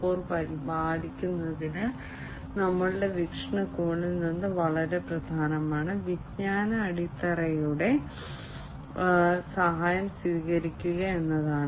0 പാലിക്കുന്നതിന് ഞങ്ങളുടെ വീക്ഷണകോണിൽ നിന്ന് വളരെ പ്രധാനമാണ് വിജ്ഞാന അടിത്തറയുടെ സഹായം സ്വീകരിക്കുക എന്നതാണ്